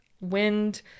wind